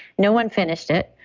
no one finished it.